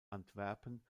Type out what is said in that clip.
antwerpen